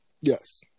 Yes